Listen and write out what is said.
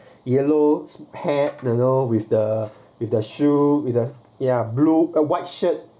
yellow pant you know with the with the shoe with the ya blue uh white shirt